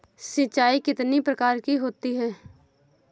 सिंचाई कितनी प्रकार की होती हैं?